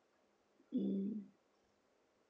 mm